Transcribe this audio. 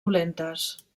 dolentes